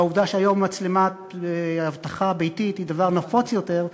והעובדה שהיום מצלמת אבטחה ביתית היא דבר נפוץ יותר,